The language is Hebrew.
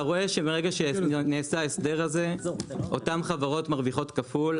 אתה רואה שמרגע שנעשה ההסדר הזה אותן חברות מרוויחות כפול.